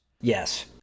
Yes